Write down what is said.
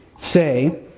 say